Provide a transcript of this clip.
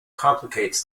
complicates